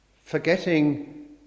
forgetting